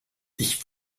ich